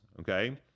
okay